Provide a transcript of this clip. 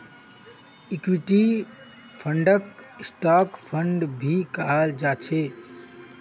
equity फंडक stock fund भी कहाल जा छे